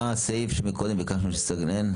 מה הסעיף שביקשנו שתסגנן?